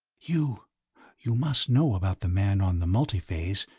you you must know about the man on the multiphase,